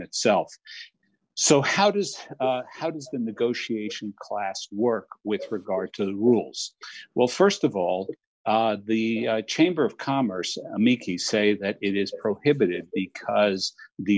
itself so how does how does the negotiation class work with regard to the rules well st of all the chamber of commerce mickey say that it is prohibited because the